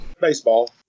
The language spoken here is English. Baseball